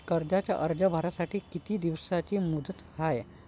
कर्जाचा अर्ज भरासाठी किती दिसाची मुदत हाय?